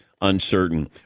uncertain